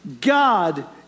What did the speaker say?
God